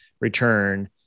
return